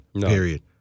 period